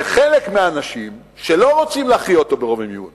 וחלק מהאנשים, שלא רוצים להכריע אותו ברוב ומיעוט